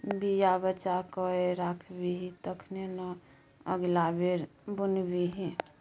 बीया बचा कए राखबिही तखने न अगिला बेर बुनबिही